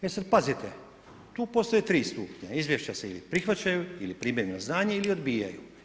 E sad pazite, tu postoje 3 stupnja, izvješća se ili prihvaćaju ili primaju na znanje ili odbijaju.